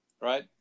right